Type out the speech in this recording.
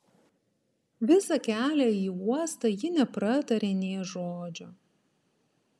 visą kelią į uostą ji nepratarė nė žodžio